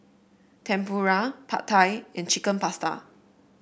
Tempura Pad Thai and Chicken Pasta